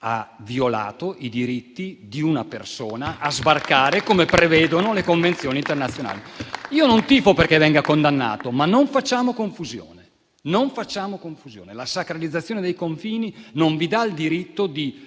ha violato i diritti di una persona a sbarcare, come prevedono le convenzioni internazionali. Io non tifo perché venga condannato, ma non facciamo confusione. La sacralizzazione dei confini non vi dà il diritto di